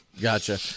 Gotcha